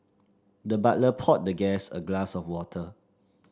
the butler poured the guest a glass of water